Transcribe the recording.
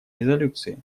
резолюции